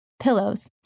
pillows